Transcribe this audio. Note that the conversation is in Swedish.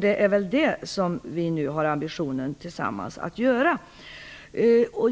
Det är det som vi nu har ambitionen att göra tillsammans.